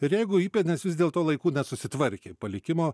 ir jeigu įpėdinis vis dėlto laiku nesusitvarkė palikimo